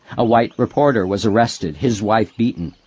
a white reporter was arrested, his wife beaten.